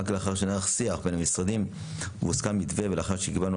רק לאחר שנערך שיח בין המשרדים והוסכם מתווה ולאחר שקיבלנו